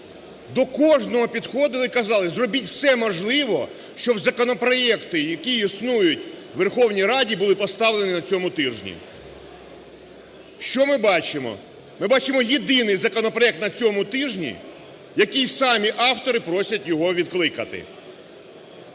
До кожного підходили і казали: зробіть все можливе, щоб законопроекти, які існують у Верховній Раді, були поставлені на цьому тижні. Що ми бачимо? Ми бачимо єдиний законопроект на цьому тижні, який самі автори просять його відкликати.